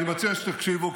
אני מציע שתקשיבו,